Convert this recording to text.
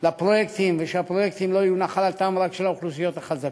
לפרויקטים והפרויקטים לא יהיו רק נחלתן של האוכלוסיות החזקות.